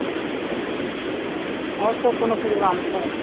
ठीक छै आओर सब कोनो प्रोग्राम छै